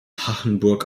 hachenburg